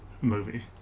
movie